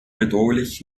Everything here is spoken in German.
bedrohlich